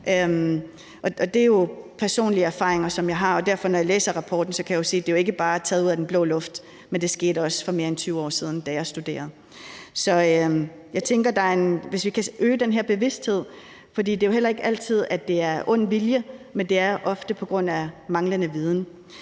Det er jo personlige erfaringer, som jeg har, og derfor kan jeg, når jeg læser rapporten, se, at det jo ikke bare er taget ud af den blå luft, men det skete også for mere end 20 år siden, da jeg studerede. Så jeg tænker, at vi kunne øge den her bevidsthed, for det er jo heller ikke altid, at det er ond vilje, men det er ofte på grund af manglende viden.